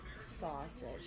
sausage